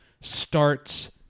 starts